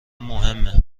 مهمه